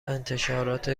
انتشارات